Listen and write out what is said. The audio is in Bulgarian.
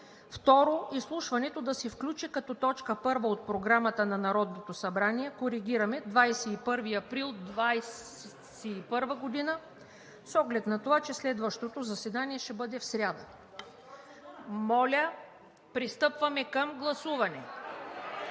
2. Изслушването да се включи като точка първа от Програмата на Народното събрание – 21 април 2021 г., с оглед на това, че следващо заседание ще бъде в сряда.“ Моля, пристъпваме към гласуване.